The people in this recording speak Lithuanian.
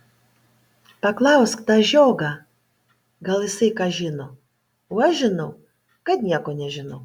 paklausk tą žiogą gal jisai ką žino o aš žinau kad nieko nežinau